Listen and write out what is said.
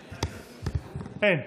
אין.